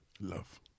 Love